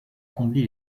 combler